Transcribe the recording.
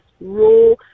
raw